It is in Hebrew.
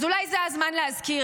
אז אולי זה הזמן להזכיר,